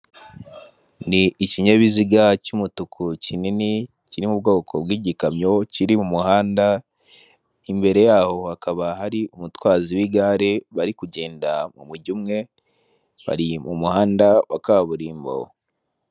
Ni ikinyabiziga cy'umutuku kinini kiri mu bwoko bw'igikamyo kiri mu muhanda, imbere yaho hakaba hari umutwazi w'igare bari kugenda mu mujyi umwe, bari mu muhanda wa kaburimbo.